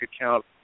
account